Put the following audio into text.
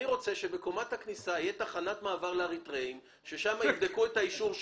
רוצה שתהיה תחנת מעבר לאריתראים ויבדקו את האישור שלהם.